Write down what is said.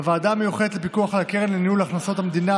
בוועדה המיוחדת לפיקוח על הקרן לניהול הכנסות המדינה